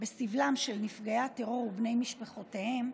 מסבלם של נפגעי הטרור ובני משפחותיהם,